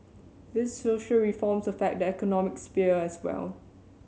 these social reforms affect the economic sphere as well